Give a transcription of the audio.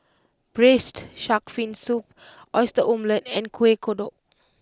Braised Shark Fin Soup Oyster Omelette and Kueh Kodok